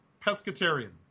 pescatarian